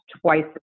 twice